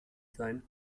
sein